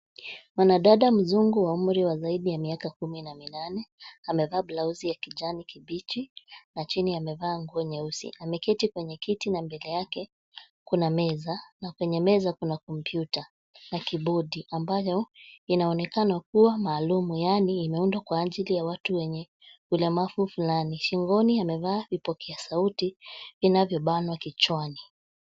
Mwanadada mzungu wa umri wa zaidi ya miaka kumi na minane, amevaa blausi ya kijani kibichi, na chini amevaa nguo nyeusi. Ameketi kwenye kiti na mbele yake kuna meza na kwenye meza kuna kompyuta na kibodi ambayo, inaonekanwa kuwa maalum yaani imeundwa kwa ajili ya watu wenye, ulemavu fulani. Shingoni amevaa vipokea sauti vinavyobanwa kichwani.